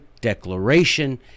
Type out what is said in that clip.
Declaration